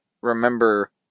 remember